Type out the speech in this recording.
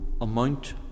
amount